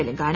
Telangana